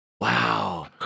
Wow